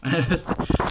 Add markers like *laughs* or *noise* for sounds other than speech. *laughs*